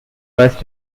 first